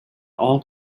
all